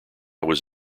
was